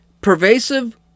pervasive